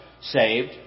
saved